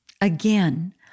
Again